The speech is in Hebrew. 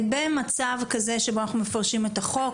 במצב כזה שבו אנחנו מפרשים את החוק,